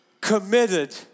committed